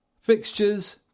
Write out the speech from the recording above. Fixtures